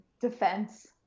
defense